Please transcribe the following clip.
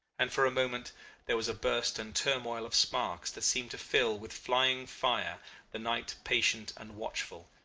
and for a moment there was a burst and turmoil of sparks that seemed to fill with flying fire the night patient and watchful,